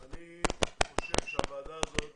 אני חושב שהוועדה הזאת